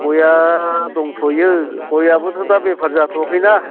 गयआ दंथ'वो गयाबोथ' दा बेफार जाथ'वाखैना